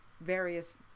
various